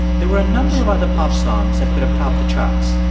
there were a number of other pop songs that could have topped the charts,